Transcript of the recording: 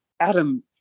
Adam